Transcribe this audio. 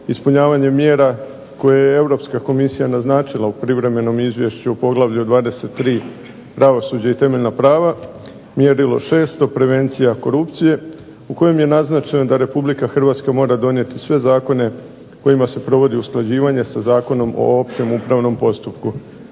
ispunjavanje mjera koje je Europska komisija naznačila u privremenom izvješću u Poglavlju 23. – Pravosuđe i temeljna prava, Mjerilo 6. – Prevencija korupcije u kojem je naznačeno da RH mora donijeti sve zakone kojima se provodi usklađivanje sa Zakonom o općem upravnom postupku.